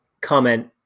comment